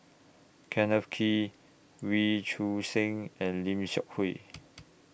Kenneth Kee Wee Choon Seng and Lim Seok Hui